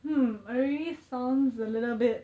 hmm already sounds a little bit